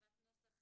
בישיבת הנוסח